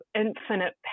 infinite